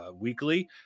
weekly